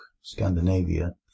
scandinavia